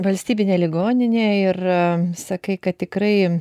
valstybinę ligoninę ir sakai kad tikrai